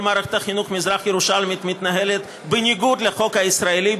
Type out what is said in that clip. כל מערכת החינוך המזרח-ירושלמית מתנהלת בניגוד לחוק הישראלי,